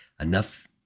enough